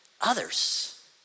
Others